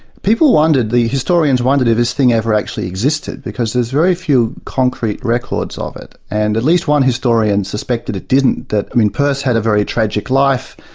people wondered, the historians wondered, if this thing ever actually existed, because there's very few concrete records ah of it. and at least one historian suspected it didn't, that mean, peirce had a very tragic life,